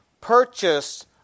purchase